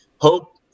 hope